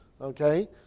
okay